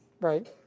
right